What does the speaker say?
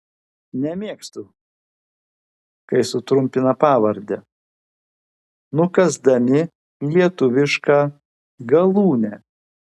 nemėgstu kai sutrumpina pavardę nukąsdami lietuvišką galūnę